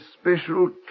special